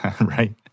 Right